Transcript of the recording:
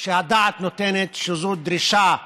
שהדעת נותנת שזו דרישה ראויה,